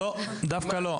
דווקא לא.